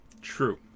True